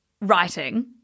writing